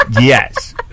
Yes